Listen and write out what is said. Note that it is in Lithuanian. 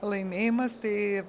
laimėjimas tai